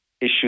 issue